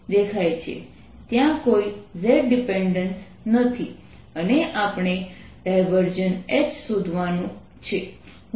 અને તેથી આજે તેઓ તમારી સાથે કરેલા ઉકેલો શેર કરશે